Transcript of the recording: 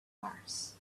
mars